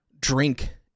drink